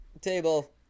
table